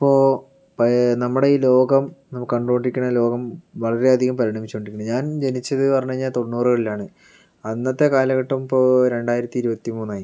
ഇപ്പോൾ നമ്മുടെ ഈ ലോകം നാം കണ്ടുകൊണ്ടിരിക്കുന്ന ലോകം വളരെയധികം പരിണമിച്ചു കൊണ്ടിരിക്കുന്നു ഞാൻ ജനിച്ചത് പറഞ്ഞ് കഴിഞ്ഞാൽ തൊണ്ണൂറുകളിലാണ് അന്നത്തെ കാലഘട്ടം ഇപ്പോൾ രണ്ടായിരത്തി ഇരുപത്തി മൂന്നായി